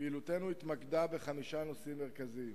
פעילותנו התמקדה בחמישה נושאים מרכזיים: